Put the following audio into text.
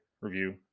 Review